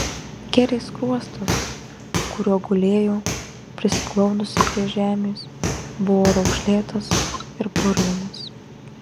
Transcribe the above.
kerės skruostas kuriuo gulėjo prisiglaudusi prie žemės buvo raukšlėtas ir purvinas